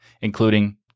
including